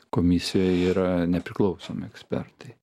komisijoj yra nepriklausomi ekspertai